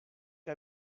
que